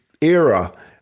era